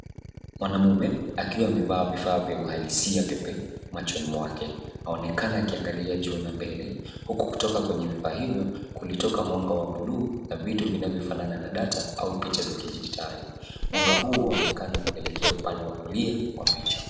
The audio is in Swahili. Mwanamume akiwa amevaa vifaa vye uhalisia pepe machoni mwake, anaonekana akiangalia juu na mbele huku kutoka kwenye vifaa hivyo kulitoka mwanga wa bluu na vitu vinavyofanana na data au picha za kidijitali. Mwanga huu unaonekana kuelekea upande wa kulia wa picha.